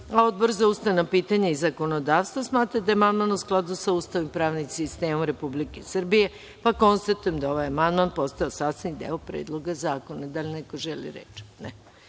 za ustavna pitanja i zakonodavstvo smatra da je amandman u skladu sa Ustavom i pravnim sistemom Republike Srbije. Konstatujem da je ovaj amandman postao sastavni deo Predloga zakona. Da li neko želi reč?